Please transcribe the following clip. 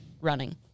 running